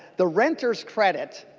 the renters credit